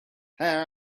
hair